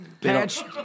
patch